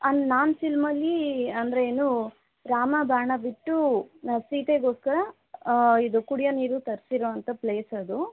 ಆ ನಾಮ ಚಿಲ್ಮೇಲ್ಲಿ ಅಂದರೇನು ರಾಮ ಬಾಣ ಬಿಟ್ಟು ಸೀತೆಗೋಸ್ಕರ ಇದು ಕುಡಿಯೋ ನೀರು ತರ್ಸಿರೋಂಥ ಪ್ಲೇಸ್ ಅದು